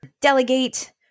delegate